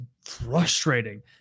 frustrating